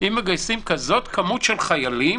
אם מגייסים כזאת כמות של חיילים,